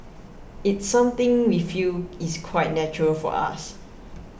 it's something we feel is quite natural for us